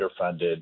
underfunded